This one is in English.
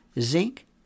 zinc